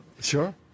Sure